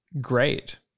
great